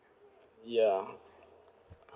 ya